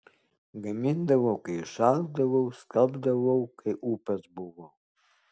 gamindavau kai išalkdavau skalbdavau kai ūpas buvo